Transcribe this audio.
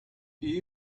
you